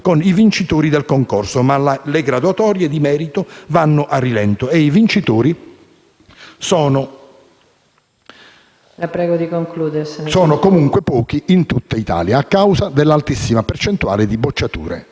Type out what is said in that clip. con i vincitori del concorso, ma le graduatorie di merito vanno a rilento e i vincitori sono comunque pochi in tutta Italia, a causa dell'altissima percentuale di bocciature.